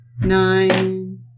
nine